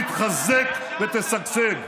תתחזק ותשגשג.